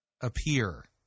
appear